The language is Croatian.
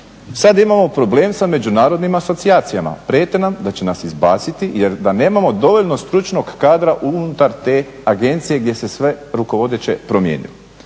sad imamo problem sa međunarodnim asocijacijama. Prijete nam da će nas izbaciti jer da nemamo dovoljno stručnog kadra unutar te agencije gdje se sve rukovodeće promijenilo.